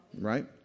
Right